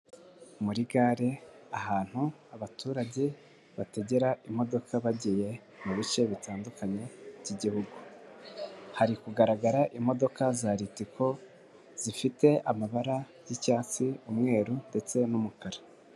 Muri gare ahantu abaturage bategera imodoka bagiye mu bice bitandukanye by'igihugu, hari kugaragara imodoka za ritiko zifite amabara y'icyatsi, umweru ndetse n'umukara.